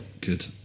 Good